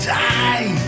die